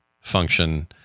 function